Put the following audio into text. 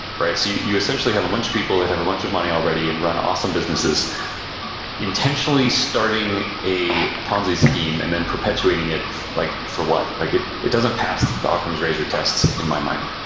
you you essentially have a bunch of people that have a bunch of money already and run awesome businesses intentionally starting a ponzi scheme and then perpetuating it like for what? like it it doesn't pass the occam's razor tests in my mind.